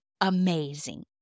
amazing